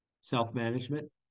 self-management